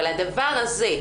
אבל הדבר הזה,